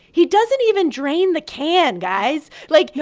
he doesn't even drain the can, guys. like,